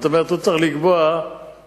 זאת אומרת, הוא צריך לקבוע מועד,